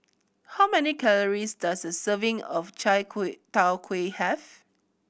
how many calories does a serving of chai kway tow kway have